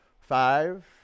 Five